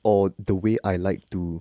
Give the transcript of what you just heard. or the way I like to